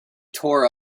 tore